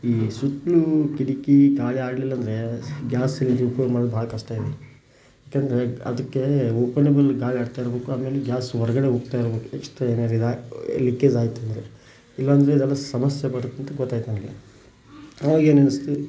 ಈ ಸುತ್ತಲೂ ಕಿಟಕಿ ಗಾಳಿ ಆಡಲಿಲ್ಲಾಂದ್ರೆ ಗ್ಯಾಸ್ ಸಿಲಿಂಡ್ರ್ ಉಪಯೋಗ ಮಾಡೋದು ಭಾಳ ಕಷ್ಟ ಐತಿ ಯಾಕೆಂದರೆ ಅದಕ್ಕೆ ಓಪನೇಬಲ್ ಗಾಳಿ ಆಡ್ತಾ ಇರಬೇಕು ಅದರಲ್ಲಿ ಗ್ಯಾಸ್ ಹೊರಗಡೆ ಹೋಗ್ತಾ ಇರಬೇಕು ಲೀಕೇಜ್ ಆಯ್ತೆಂದರೆ ಇಲ್ಲ ಅಂದ್ರೆ ಏನಾದ್ರೂ ಸಮಸ್ಯೆ ಬರುತ್ತೆ ಅಂತ ಗೊತ್ತಾಯ್ತು ನನಗೆ ಆವಾಗ ಏನು ಅನ್ನಿಸ್ತು